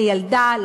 לילדה,